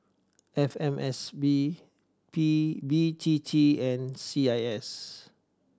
F M S P B T T and C I S